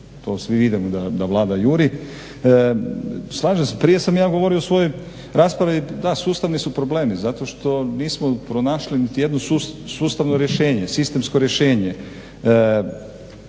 To svi vidimo da Vlada juri. Prije sam ja govorio u svojoj raspravi da sustavni su problemi, zato što nismo pronašli niti jedno sustavno rješenje, sistemsko rješenje.